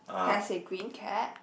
has a green cap